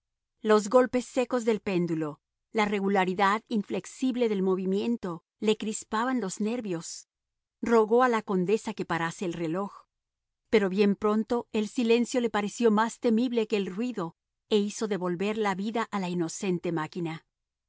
los golpes secos del péndulo la regularidad inflexible del movimiento le crispaban los nervios rogó a la condesa que parase el reloj pero bien pronto el silencio le pareció más temible que el ruido e hizo devolver la vida a la inocente máquina